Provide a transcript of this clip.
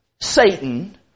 Satan